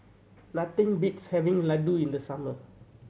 nothing beats having Ladoo in the summer